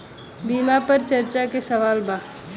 बीमा पर चर्चा के सवाल बा?